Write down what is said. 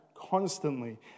constantly